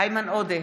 איימן עודה,